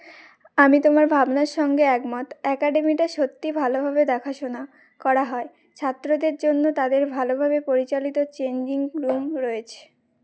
আমি তোমার ভাবনার সঙ্গে একমত অ্যাকাডেমিটা সত্যিই ভালোভাবে দেখাশোনা করা হয় ছাত্রদের জন্য তাদের ভালোভাবে পরিচালিত চেঞ্জিং রুম রয়েছে